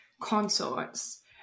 consorts